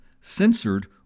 censored